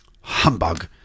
Humbug